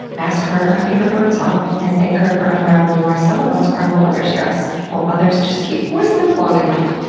ask her a favorite bird song and thank her for unraveling why some of us crumble under stress while others just keep whistling along in life.